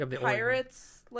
Pirates